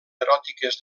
eròtiques